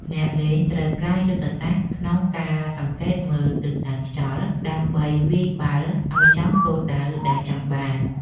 អ្នកលេងត្រូវប្រើយុទ្ធសាស្ត្រក្នុងការសង្កេតមើលទិសដៅខ្យល់ ដើម្បីវាយបាល់ឱ្យចំគោលដៅដែលចង់បាន។